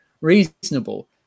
reasonable